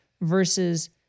versus